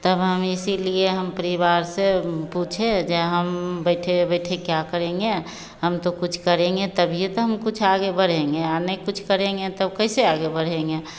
तब हम इसीलिए हम परिवार से पूछे जो हम बैठे बैठे हम क्या करेंगे हम तो कुछ करेंगे तभिए तो हम कुछ आगे बढ़ेंगे या नहीं कुछ करेंगे तो कैसे आगे बढ़ेंगे